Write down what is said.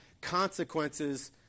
consequences